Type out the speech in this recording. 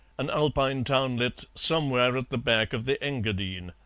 an alpine townlet somewhere at the back of the engadine.